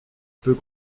peut